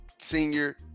senior